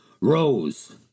Rose